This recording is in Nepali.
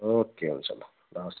ओके हुन्छ ल ल हस्